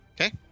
Okay